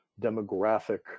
demographic